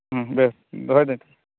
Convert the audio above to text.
ᱵᱮᱥ ᱫᱚᱦᱚᱭ ᱫᱟᱹᱧ